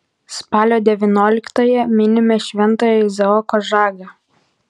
spalio devynioliktąją minime šventąjį izaoką žagą